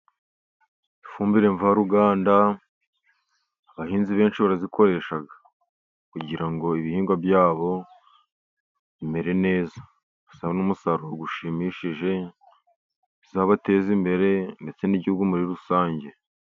Ifumbire mvaruganda abahinzi benshi barayikoresha, kugira ngo ibihingwa byabo bimere neza bizane umusaruro ushimishije bizabateza imbere ndetse n'igihugu muri rusange.